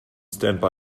standby